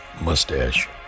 Mustache